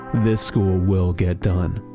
this school will get done.